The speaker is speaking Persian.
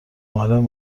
معلم